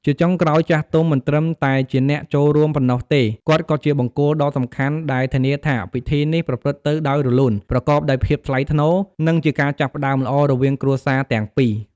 ជាចុងក្រោយ ចាស់ទុំមិនត្រឹមតែជាអ្នកចូលរួមប៉ុណ្ណោះទេ គាត់ក៏ជាបង្គោលដ៏សំខាន់ដែលធានាថា ពិធីនេះប្រព្រឹត្តទៅដោយរលូន ប្រកបដោយភាពថ្លៃថ្នូរ និងជាការចាប់ផ្ដើមល្អរវាងគ្រួសារទាំងពីរ។